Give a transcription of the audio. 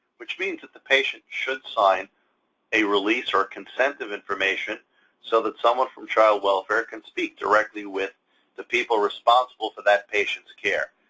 which means that the patient should sign a release or a consent of information so that someone from child welfare can speak directly with the people responsible for that patient's care,